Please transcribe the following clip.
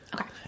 Okay